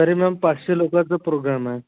तरी मॅम पाचशे लोकांचा प्रोग्राम आहे